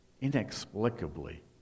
inexplicably